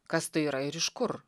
kas tai yra ir iš kur